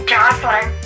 Jocelyn